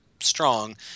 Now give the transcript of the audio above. strong